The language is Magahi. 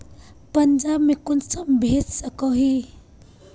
पंजाब में कुंसम भेज सकोही?